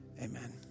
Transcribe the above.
amen